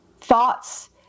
thoughts